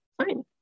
fine